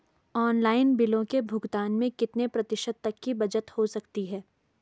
Online बिलों के भुगतान में कितने प्रतिशत तक की बचत हो सकती है?